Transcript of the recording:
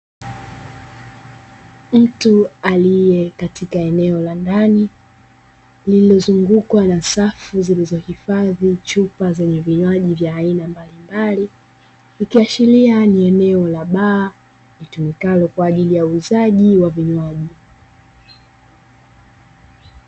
Mtu aliye katika eneo la ndani lililozungukwa na safu zilizohifadhi chupa zenye vinywaji vya aina mbalimbali, ikiashiria ni eneo la baa litumikalo kwa ajili ya uuzaji wa vinywaji.